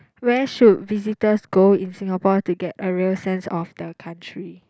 where should visitors go in Singapore have to get a real sense of the country